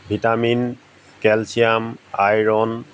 vitamin calcium iron